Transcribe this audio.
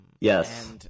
Yes